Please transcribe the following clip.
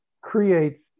creates